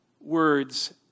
words